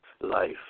life